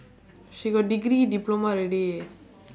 she got degree diploma already